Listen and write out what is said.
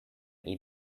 eat